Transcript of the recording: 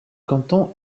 canton